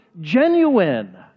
genuine